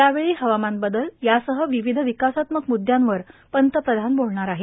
यावेळी हवामान बदल यासह विविध विकासात्मक मुद्दांवर पंतप्रधान बोलणार आहेत